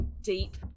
deep